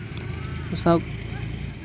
ᱥᱟᱶ